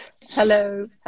Hello